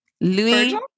Louis